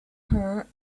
her